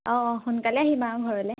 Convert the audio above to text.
অঁ অঁ সোনকালে আহিম আৰু ঘৰলৈ